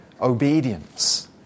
obedience